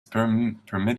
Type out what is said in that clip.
permitted